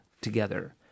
together